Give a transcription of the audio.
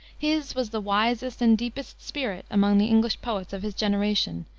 his was the wisest and deepest spirit among the english poets of his generation,